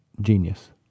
genius